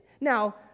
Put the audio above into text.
Now